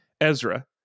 Ezra